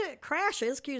crashes